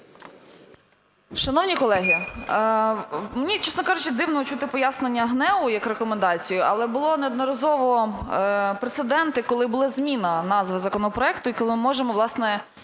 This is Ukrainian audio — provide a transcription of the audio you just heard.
Шановні колеги, мені, чесно кажучи, дивно чути пояснення ГНЕУ як рекомендацію. Але були неодноразово прецеденти, коли була зміна назви законопроекту, і коли ми можемо, власне,